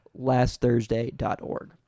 lastthursday.org